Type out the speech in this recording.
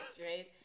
right